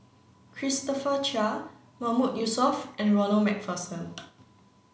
Christopher Chia Mahmood Yusof and Ronald MacPherson